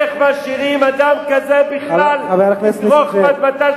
איך משאירים אדם כזה בכלל, חבר הכנסת נסים זאב.